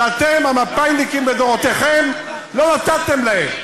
שאתם, המפא"יניקים לדורותיכם, לא נתתם להם?